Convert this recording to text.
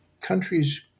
countries